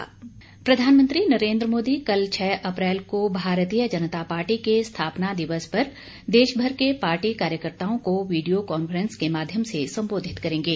स्थापना दिवस प्रधानमंत्री नरेन्द्र मोदी कल छह अप्रैल को भारतीय जनता पार्टी के स्थापना दिवस पर देशभर के पार्टी कार्यकर्ताओं को वीडियो कांफ्रेंस के माध्यम से सम्बोधित करेंगे